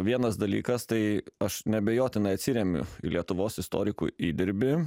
vienas dalykas tai aš neabejotinai atsiremiu į lietuvos istorikų įdirbį